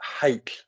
hate